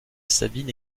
sabine